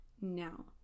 now